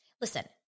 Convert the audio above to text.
listen